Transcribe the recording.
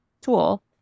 tool